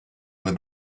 were